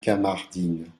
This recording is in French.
kamardine